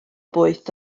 boeth